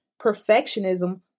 perfectionism